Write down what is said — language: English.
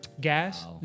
Gas